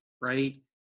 right